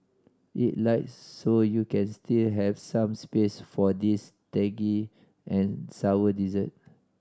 eat light so you can still have some space for this tangy and sour dessert